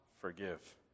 forgive